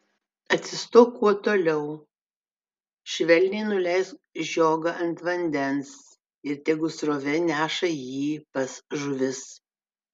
atsistok kuo toliau švelniai nuleisk žiogą ant vandens ir tegu srovė neša jį pas žuvis